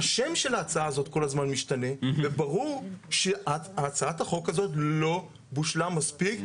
השם של ההצעה הזאת כל הזמן משתנה וברור שהצעת החוק הזאת לא בושלה מספיק,